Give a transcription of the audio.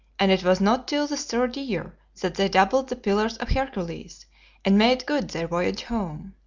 and it was not till the third year that they doubled the pillars of hercules and made good their voyage home.